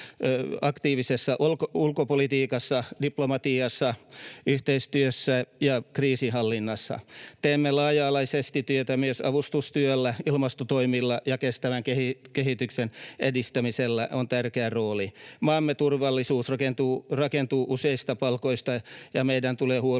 aktiivisessa ulkopolitiikassa, diplomatiassa, yhteistyössä ja kriisinhallinnassa. Teemme laaja-alaisesti työtä, jossa myös avustustyöllä, ilmastotoimilla ja kestävän kehityksen edistämisellä on tärkeä rooli. Maamme turvallisuus rakentuu useista palikoista, ja meidän tulee huolehtia